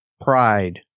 pride